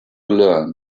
learn